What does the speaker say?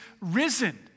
risen